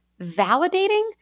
validating